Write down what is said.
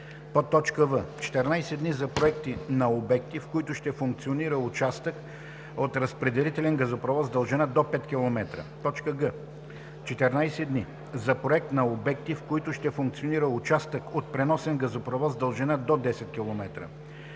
газове; в) 14 дни – за проекти на обекти, в които ще функционира участък от разпределителен газопровод с дължина до 5 км; г) 14 дни – за проект на обекти, в които ще функционира участък от преносен газопровод с дължина до 10 км;